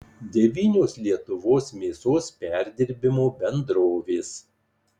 devynios lietuvos mėsos perdirbimo bendrovės